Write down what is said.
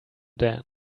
dan